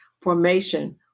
Formation